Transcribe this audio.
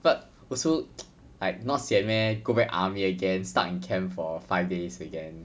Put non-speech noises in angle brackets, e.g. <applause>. but also <noise> like not sian meh go back army again stuck in camp for five days again